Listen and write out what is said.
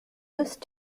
used